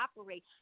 operate